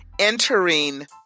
entering